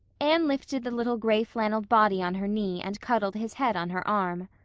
anne lifted the little gray-flannelled body on her knee and cuddled his head on her arm.